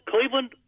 Cleveland